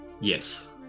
Yes